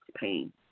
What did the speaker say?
pain